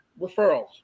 referrals